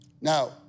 Now